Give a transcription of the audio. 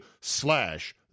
slash